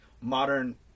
modern